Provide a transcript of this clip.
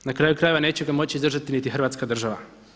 Na kraju krajeva neće ga moći izdržati niti Hrvatska država.